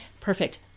perfect